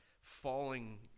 falling